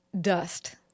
Dust